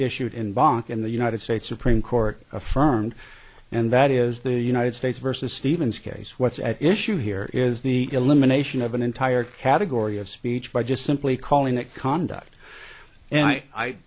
issued in bach in the united states supreme court affirmed and that is the united states versus stevens case what's at issue here is the elimination of an entire category of speech by just simply calling it conduct and i